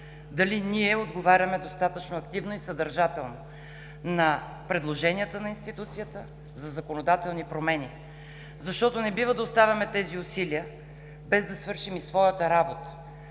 дали ние отговаряме достатъчно активно и съдържателно на предложенията на институцията за законодателни промени, защото не бива да оставяме тези усилия без да свършим своята работа.